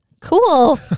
Cool